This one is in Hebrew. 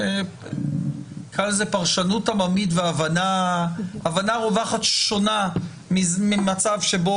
נקרא לזה פרשנות עממית והבנה רווחת שונה ממצב שבו